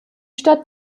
stadt